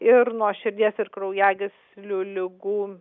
ir nuo širdies ir kraujagyslių ligų